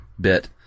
bit